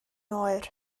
oer